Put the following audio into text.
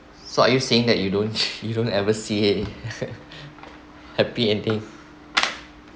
so are you saying that you don't you don't ever see it happy ending